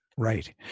Right